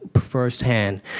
firsthand